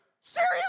Serious